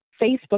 facebook